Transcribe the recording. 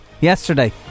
yesterday